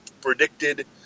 predicted